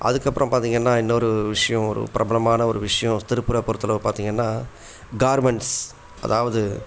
அதுக்கப்புறம் பார்த்தீங்கன்னா இன்னொரு விஷயம் ஒரு பிரபலமான ஒரு விஷயம் திருப்பூரை பொறுத்தளவு பார்த்தீங்கன்னா கார்மெண்ட்ஸ் அதாவது